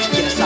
Yes